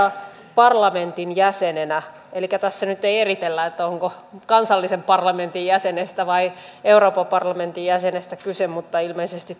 parlamentin jäsenenä elikkä tässä nyt ei eritellä onko kansallisen parlamentin jäsenestä vai euroopan parlamentin jäsenestä kyse mutta ilmeisesti